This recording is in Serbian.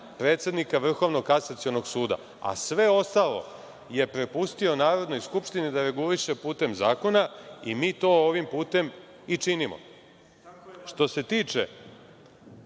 predsednika Vrhovnog kasacionog suda, a sve ostalo je prepustio Narodnoj skupštini da reguliše putem zakona i mi to ovim putem i činimo. Što se tiče